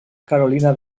carolina